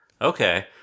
Okay